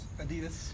Adidas